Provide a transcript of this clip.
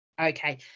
Okay